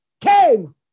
came